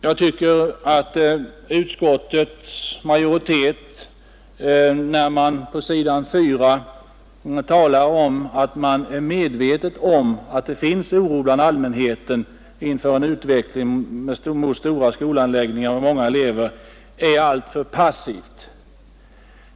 Jag tycker att utskottets majoritet uttrycker sig alltför passivt när den på s. 4 skriver att man är medveten m ”att det finns en oro bland allmänheten inför en utveckling mot stora skolanläggningar med många elever”.